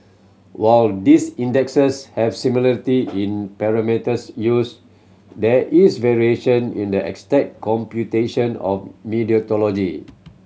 while these indexes have similarity in parameters used there is variation in the exact computation of methodology